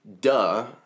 Duh